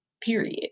period